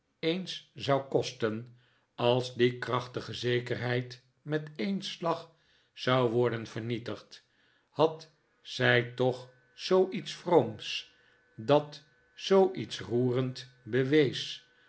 eens zou kosten als die krachtige zekerheid met een slag zou worden vernietigd had zij toch zoo iets vrooms iets dat zoo roerend bewees